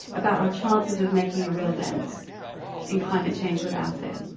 about our chances of making a real dent in climate change without it.